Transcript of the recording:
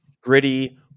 gritty